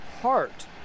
heart